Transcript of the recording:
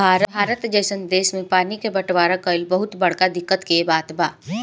भारत जइसन देश मे पानी के बटवारा कइल बहुत बड़का दिक्कत के बात बा